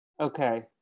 Okay